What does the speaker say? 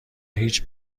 هیچ